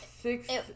six